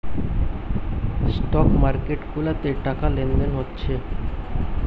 stock market গুলাতে টাকা লেনদেন হচ্ছে